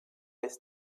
est